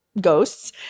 ghosts